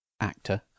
actor